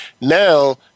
now